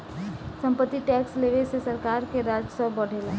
सम्पत्ति टैक्स लेवे से सरकार के राजस्व बढ़ेला